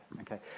Okay